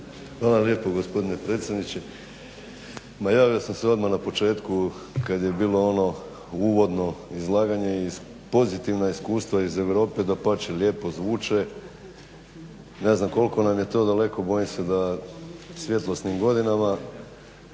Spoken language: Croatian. Hvala lijepa gospodine predsjedniče. Najavio sam se odmah na početku kada je bilo ono uvodno izlaganje iz pozitivna iskustva iz Europe, dapače lijepo zvuče. Ne znam koliko nam je to daleko, bojim se da svjetlosnim godinama,